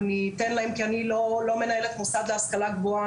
אז אני אתן להם כי אני לא מנהלת מוסד להשכלה גבוהה.